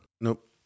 Nope